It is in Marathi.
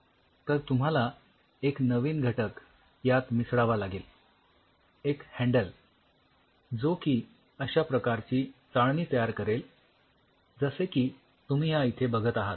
तर तुम्हाला एक नवीन घटक यात मिसळावा लागेल एक हॅन्डल जो की अश्या प्रकारची चाळणी तयार करेल जसे की तुम्ही या इथे बघत आहात